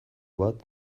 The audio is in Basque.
bat